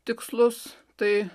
tikslus tai